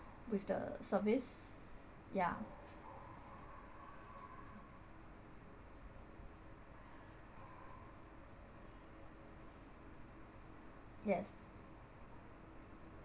with the service ya yes